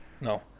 No